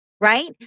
right